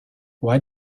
why